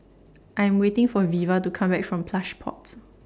I Am waiting For Veva to Come Back from Plush Pods